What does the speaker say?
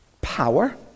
Power